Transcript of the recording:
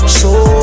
Show